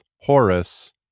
Horace